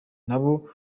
nabo